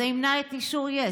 זה ימנע את אישור יס',